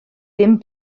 ddim